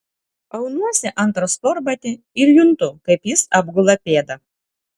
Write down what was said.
aunuosi antrą sportbatį ir juntu kaip jis apgula pėdą